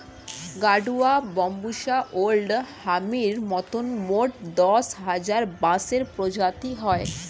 গাডুয়া, বাম্বুষা ওল্ড হামির মতন মোট দশ হাজার বাঁশের প্রজাতি হয়